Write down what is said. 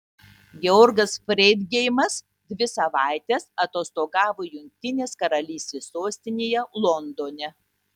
georgas freidgeimas dvi savaites atostogavo jungtinės karalystės sostinėje londone